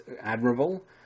admirable